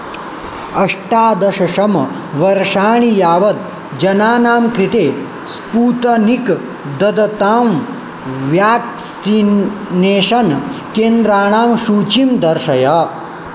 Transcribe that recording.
अष्टादशतमवर्षाणि यावत् जनानां कृते स्पूतनिक् ददतां व्याक्सिन् नेषन् केन्द्राणां शूचीं दर्शय